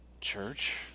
Church